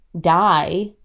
die